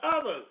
others